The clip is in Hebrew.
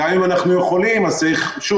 גם אם אנחנו יכולים אז שוב,